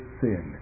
sin